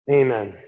amen